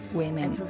women